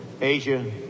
Asia